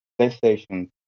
PlayStation